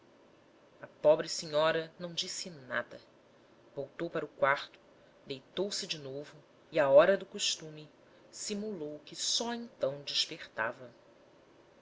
a pobre senhora não disse nada voltou para o quarto deitou-se de novo e à hora do costume simulou que só então despertava